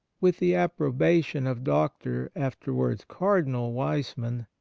with the approbation of dr, afterwards cardinal, wiseman,